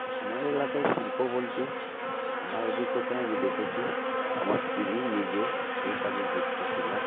আমার এলাকায় শিল্প বলতে আমার অভিজ্ঞতায় আমি দেখেছি আমার স্ত্রী নিজে এই কাজে যুক্ত ছিলেন